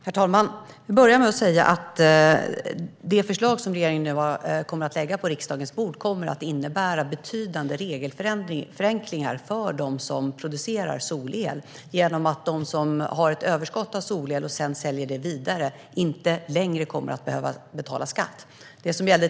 Herr talman! Jag vill börja med att säga att det förslag som regeringen kommer att lägga på riksdagens bord kommer att innebära betydande regelförenklingar för dem som producerar solel. De som har ett överskott på solel och sedan säljer det vidare kommer inte längre att behöva betala skatt.